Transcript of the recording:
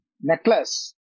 necklace